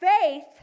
faith